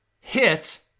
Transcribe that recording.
Hit